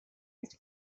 his